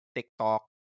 TikTok